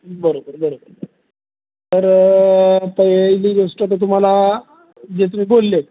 बरोबर बरोबर तर पहिली गोष्ट तर तुम्हाला जे तुम्ही बोलले